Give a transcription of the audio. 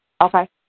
Okay